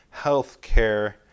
healthcare